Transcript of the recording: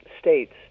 states